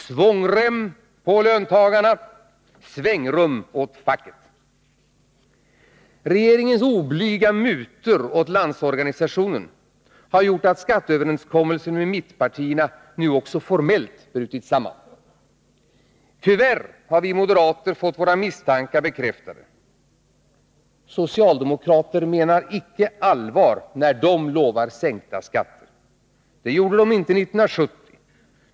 Svångrem på löntagarna! Svängrum åt facket! Regeringens oblyga mutor åt Landsorganisationen har gjort att skatteöverenskommelsen med mittenpartierna nu också formellt har brutit samman. Vi moderater har tyvärr fått våra misstankar bekräftade. Socialdemokrater menar icke allvar när de lovar sänkta skatter. Det gjorde de inte 1970.